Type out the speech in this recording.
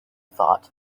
thought